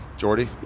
Jordy